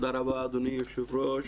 תודה רבה, אדוני היושב-ראש.